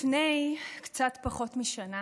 לפני קצת פחות משנה